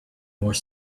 more